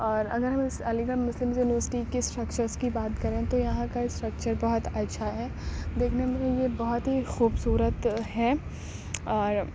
اور اگر ہم اس علی گڑھ مسلم یونیورسٹی کی انسٹرکچرس کی بات کریں تو یہاں کا انسٹرکچر بہت اچھا ہے دیکھنے میں یہ بہت ہی خوبصورت تو ہے اور